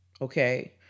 okay